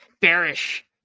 Bearish